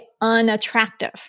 unattractive